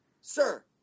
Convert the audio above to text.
sir